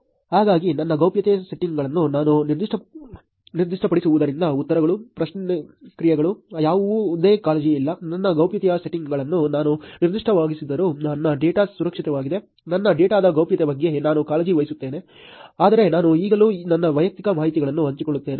ಹಾಗಾಗಿ ನನ್ನ ಗೌಪ್ಯತೆ ಸೆಟ್ಟಿಂಗ್ಗಳನ್ನು ನಾನು ನಿರ್ದಿಷ್ಟಪಡಿಸಿರುವುದರಿಂದ ಉತ್ತರಗಳು ಪ್ರತಿಕ್ರಿಯೆಗಳು ಯಾವುದೇ ಕಾಳಜಿಯಿಲ್ಲ ನನ್ನ ಗೌಪ್ಯತೆ ಸೆಟ್ಟಿಂಗ್ಗಳನ್ನು ನಾನು ನಿರ್ದಿಷ್ಟಪಡಿಸಿದ್ದರೂ ನನ್ನ ಡೇಟಾ ಸುರಕ್ಷಿತವಾಗಿದೆ ನನ್ನ ಡೇಟಾದ ಗೌಪ್ಯತೆಯ ಬಗ್ಗೆ ನಾನು ಕಾಳಜಿ ವಹಿಸುತ್ತೇನೆ ಆದರೆ ನಾನು ಈಗಲೂ ನನ್ನ ವೈಯಕ್ತಿಕ ಮಾಹಿತಿಯನ್ನು ಹಂಚಿಕೊಳ್ಳುತ್ತೇನೆ